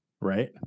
right